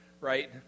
right